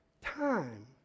time